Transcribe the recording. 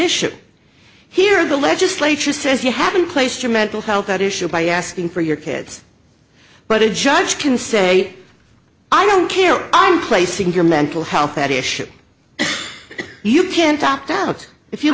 issue here the legislature says you haven't placed your mental health at issue by asking for your kids but a judge can say i don't care i'm placing your mental health at issue you can't opt out if you